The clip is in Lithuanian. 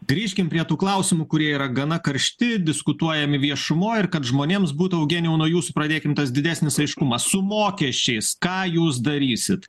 grįžkim prie tų klausimų kurie yra gana karšti diskutuojami viešumoj ir kad žmonėms būtų eugenijau nuo jūsų pradėkim tas didesnis aiškumas su mokesčiais ką jūs darysit